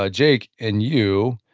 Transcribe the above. ah jake, and you,